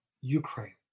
Ukraine